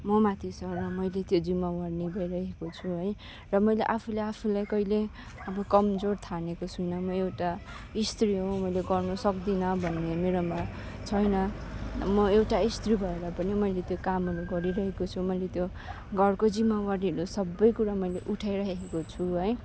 ममाथि छ र मैले त्यो जिम्मावारी निभाइरहेको छु है र मैले आफूले आफूलाई कहिल्यै अब कमजोर ठानेको छुइनँ म एउटा स्त्री हो मैले गर्नु सक्तिनँ भन्ने मेरोमा छैन म एउटा स्त्री भएर पनि मैले त्यो कामहरू गरिरहेको छु मैले त्यो घरको जिम्मावारीहरू सबै कुरा मैले उठाइरहेको छु है